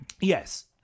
Yes